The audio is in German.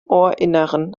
ohrinneren